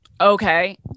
Okay